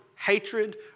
Hatred